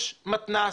יש מתנ"ס,